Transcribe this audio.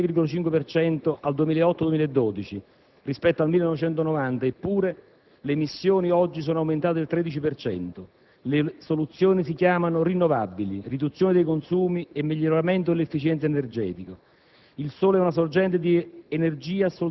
L'Italia avrebbe dovuto ridurre le emissioni del 6,5 per cento al 2008-2012 rispetto al 1990, eppure, ad oggi, le emissioni sono aumentate del 13 per cento. Le soluzioni si chiamano fonti rinnovabili, riduzione dei consumi e miglioramento dell'efficienza energetica.